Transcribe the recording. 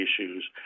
issues